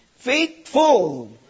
Faithful